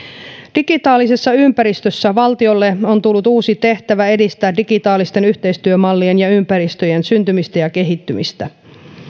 digitaalisessa ympäristössä valtiolle on tullut uusi tehtävä edistää digitaalisten yhteistyömallien ja ympäristöjen syntymistä ja kehittymistä